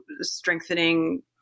strengthening